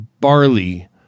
barley